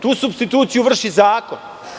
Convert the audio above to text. Tu supstituciju vrši zakon.